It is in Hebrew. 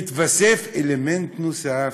מתווסף אלמנט נוסף: